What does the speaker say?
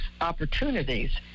opportunities